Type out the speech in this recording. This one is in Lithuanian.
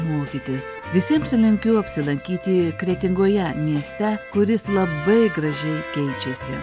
mokytis visiems linkiu apsilankyti kretingoje mieste kuris labai gražiai keičiasi